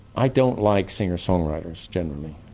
i don't like singer-songwriters generally.